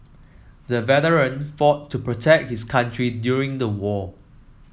the veteran fought to protect his country during the war